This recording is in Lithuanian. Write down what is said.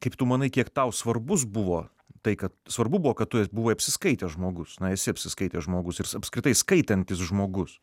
kaip tu manai kiek tau svarbus buvo tai kad svarbu buvo kad tu e buvai apsiskaitęs žmogus na esi apsiskaitęs žmogus ir s apskritai skaitantis žmogus